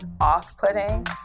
off-putting